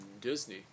Disney